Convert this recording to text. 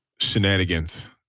shenanigans